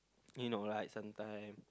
you know right sometime